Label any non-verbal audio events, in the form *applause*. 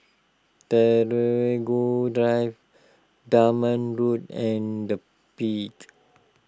*unintelligible* Drive Dunman Road and the Peak